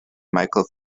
michael